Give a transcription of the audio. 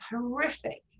horrific